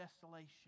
desolation